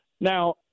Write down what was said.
Now